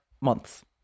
months